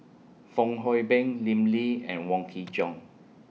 Fong Hoe Beng Lim Lee and Wong Kin Jong